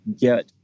get